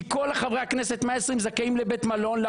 כי כול 120 חברי הכנסת זכאים לבית מלון,